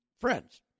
friends